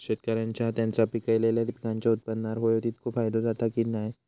शेतकऱ्यांका त्यांचा पिकयलेल्या पीकांच्या उत्पन्नार होयो तितको फायदो जाता काय की नाय?